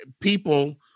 people